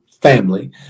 family